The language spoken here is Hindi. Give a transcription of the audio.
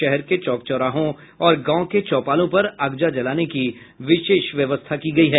शहर के चौक चौराहों और गांव के चौपालों पर अगजा जलाने की विशेष व्यवस्था की गयी है